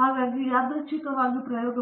ನಾವು ಹೇಳುತ್ತೇವೆ